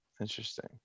Interesting